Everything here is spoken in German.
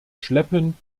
schleppend